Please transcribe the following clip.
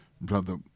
Brother